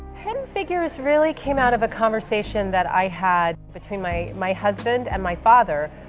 hidden figures really came out of a conversation that i had between my my husband and my father,